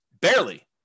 barely